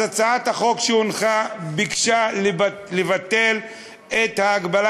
אז הצעת החוק שהונחה ביקשה לבטל את ההגבלה